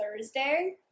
thursday